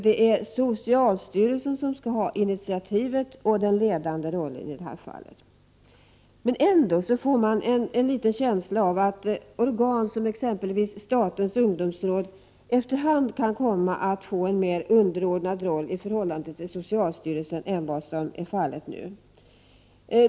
Det är socialstyrelsen som skall ha initiativ och den ledande rollen i detta sammanhang. Man får dock en känsla av att organ som exempelvis statens ungdomsråd efter hand kan komma att få en mer underordnad roll i förhållande till socialstyrelsen än vad som är fallet i dag.